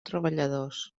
treballadors